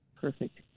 Perfect